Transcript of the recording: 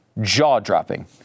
jaw-dropping